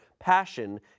Passion